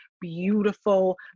beautiful